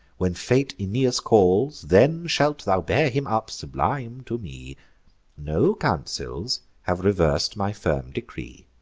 when fate aeneas calls, then shalt thou bear him up, sublime, to me no councils have revers'd my firm decree.